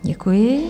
Děkuji.